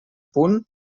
punt